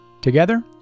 Together